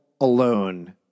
alone